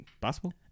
Possible